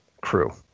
crew